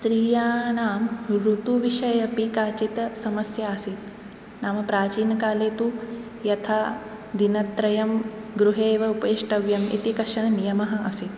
स्त्रीयाणां ऋतुविषये अपि काचित् समस्या आसीत् नाम प्राचीनकाले तु यथा दिनत्रयं गृहे एव उपविष्टव्यम् इति कश्चन नियमः आसीत्